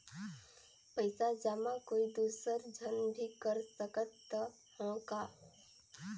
पइसा जमा कोई दुसर झन भी कर सकत त ह का?